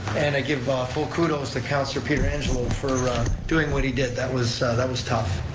and i give ah full kudos to councilor pietrangelo for doing what he did, that was that was tough.